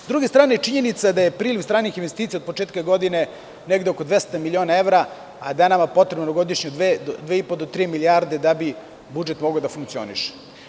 Sa druge strane, činjenica da je priliv stranih investicija od početka godine negde oko 200 miliona evra, a da je nama potrebno godišnje 2,5 do 3 milijarde da bi budžet mogao da funkcioniše.